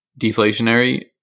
deflationary